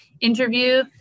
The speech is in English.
interview